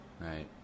right